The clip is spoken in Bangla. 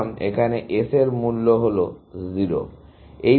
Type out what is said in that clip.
এখন এখানে s এর মূল্য হল 0